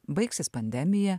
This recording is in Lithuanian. baigsis pandemija